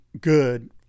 good